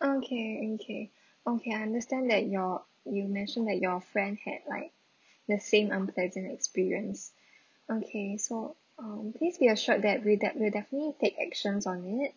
okay okay okay I understand that your you mentioned that your friend had like nursing unpleasant experience okay so um please be assured that we'll def~ we'll definitely take actions on in it